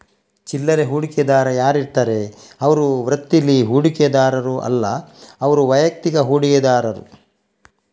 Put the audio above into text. ಚಿಲ್ಲರೆ ಹೂಡಿಕೆದಾರ ಯಾರಿರ್ತಾರೆ ಅವ್ರು ವೃತ್ತೀಲಿ ಹೂಡಿಕೆದಾರರು ಅಲ್ಲ ಅವ್ರು ವೈಯಕ್ತಿಕ ಹೂಡಿಕೆದಾರರು